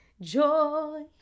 joy